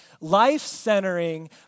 life-centering